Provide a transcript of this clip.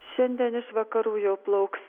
šiandien iš vakarų jau plauks